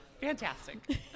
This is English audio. fantastic